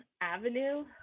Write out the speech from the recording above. avenue